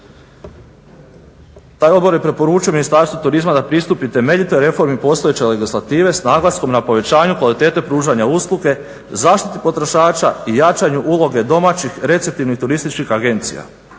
Taj Odbor je preporučio Ministarstvu turizma da pristupi temeljitoj reformi postojeće legislative s naglaskom na povećanju kvalitete pružanja usluge, zaštiti potrošača i jačanju uloge domaćih receptivnih turističkih agencija.